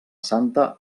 santa